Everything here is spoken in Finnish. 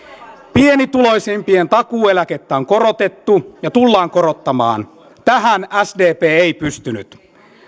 pienituloisimpien takuueläkettä on korotettu ja tullaan korottamaan tähän sdp ei pystynyt